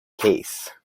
case